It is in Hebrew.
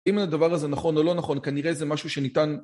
אם הדבר הזה נכון או לא נכון כנראה זה משהו שניתן